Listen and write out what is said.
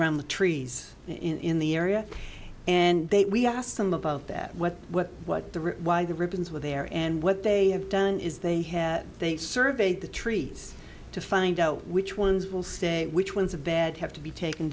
around the trees in the area and they we asked them about that what what what the root why the ribbons were there and what they have done is they had they surveyed the trees to find out which ones will say which ones are bad have to be taken